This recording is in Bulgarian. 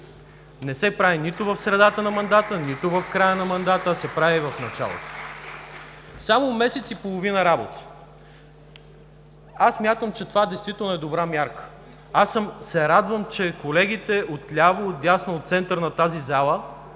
Не се прави нито в средата на мандата, нито в края на мандата, а се прави в началото. Само месец и половина работа! Смятам, че това действително е добра мярка. Радвам се, че колегите от ляво, от дясно, от център на тази зала